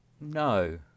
No